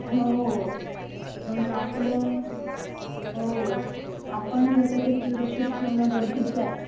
हो म्हणून आपलं हो आपणच आता ते सुरक्षित ठेवणं गरजेचं आहे